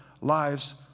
lives